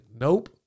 Nope